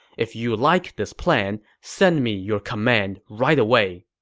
if you like this plan, send me your command right away.